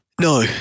No